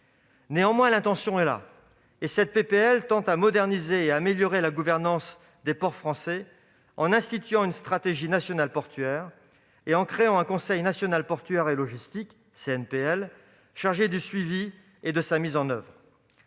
Néanmoins, l'intention est là et cette proposition de loi tend à moderniser et améliorer la gouvernance des ports français, en instituant une stratégie nationale portuaire et en créant un Conseil national portuaire et logistique chargé du suivi de sa mise en oeuvre.